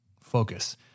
Focus